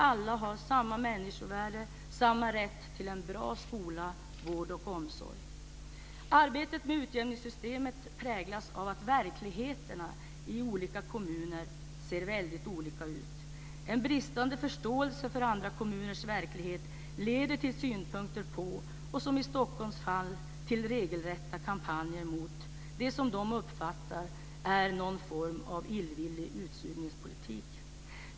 Alla ska samma människovärde och samma rätt till en bra skola, vård och omsorg. Arbetet med utjämningssystemet präglas av att verkligheten i olika kommuner ser väldigt olika ut. En bristande förståelse för andra kommuners verklighet leder till synpunkter på - och som i Stockholms fall till regelrätta kampanjer mot - det som uppfattas som någon form av illvillig utsugningspolitik.